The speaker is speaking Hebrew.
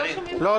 קארין.